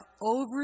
over